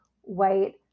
white